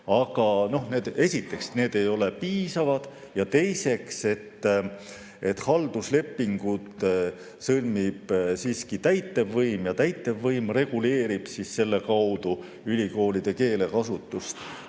Aga esiteks, need ei ole piisavad, ja teiseks, halduslepingud sõlmib siiski täitevvõim ja täitevvõim reguleerib selle kaudu ülikoolide keelekasutust.